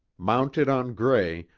mounted on gray,